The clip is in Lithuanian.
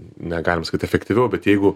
negalim sakyt efektyviau bet jeigu